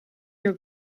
your